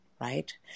Right